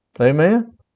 Amen